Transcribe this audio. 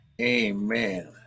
Amen